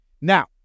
Now